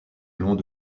long